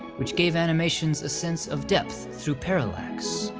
which gave animations a sense of depth through parallax,